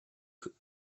could